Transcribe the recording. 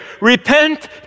Repent